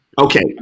Okay